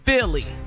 Philly